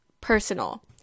personal